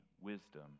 wisdom